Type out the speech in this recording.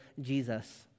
Jesus